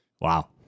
Wow